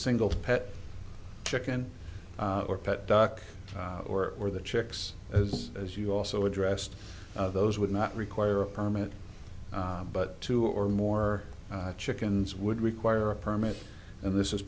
single pet chicken or pet duck or or the chicks as as you also addressed those would not require a permit but two or more chickens would require a permit and this is